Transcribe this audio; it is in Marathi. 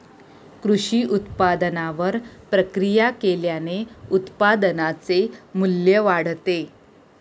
कृषी उत्पादनावर प्रक्रिया केल्याने उत्पादनाचे मू्ल्य वाढते